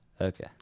Okay